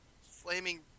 flaming